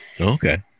Okay